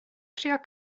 trio